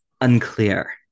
unclear